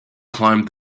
climbed